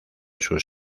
sus